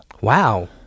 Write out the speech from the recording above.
Wow